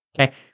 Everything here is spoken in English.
okay